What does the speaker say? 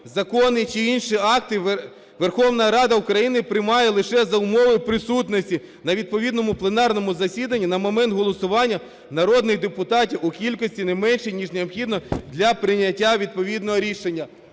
"Закони чи інші акти Верховна Рада України приймає лише за умови присутності на відповідному пленарному засіданні на момент голосування народних депутатів у кількості не меншій, ніж необхідно для прийняття відповідного рішення."